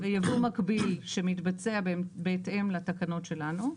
יבוא מקביל שמתבצע בהתאם לתקנות שלנו.